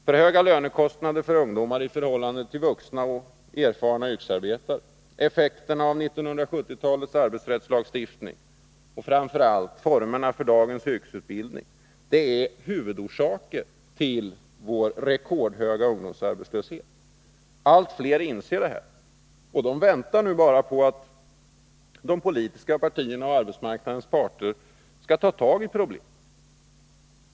För höga lönekostnader för ungdomar i förhållande till vuxna och erfarna yrkesarbetare, effekterna av 1970-talets arbetsrättslagstiftning och framför allt formerna för dagens yrkesutbildning är huvudorsaker till vår höga ungdomsarbetslöshet. Allt fler inser detta och väntar nu på att de politiska partierna och arbetsmarknadens parter skall ta tag i problemen.